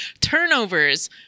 turnovers